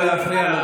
אני יכולה להמשיך?